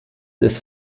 ist